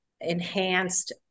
enhanced